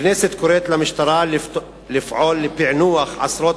הכנסת קוראת למשטרה לפעול לפענוח עשרות